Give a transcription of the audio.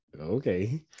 okay